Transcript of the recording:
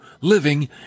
living